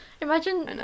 Imagine